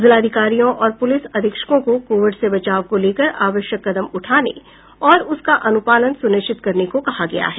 जिलाधिकारियों और पूलिस अधीक्षकों को कोविड से बचाव को लेकर आवश्यक कदम उठाने और उसका अनुपालन सुनिश्चित करने को कहा गया है